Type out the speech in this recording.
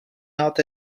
out